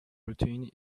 routine